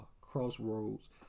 Crossroads